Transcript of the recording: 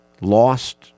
Lost